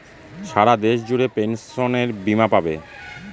সারা দেশ জুড়ে পেনসনের বীমা পাবে